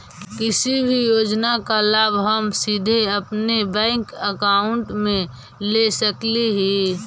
किसी भी योजना का लाभ हम सीधे अपने बैंक अकाउंट में ले सकली ही?